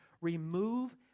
remove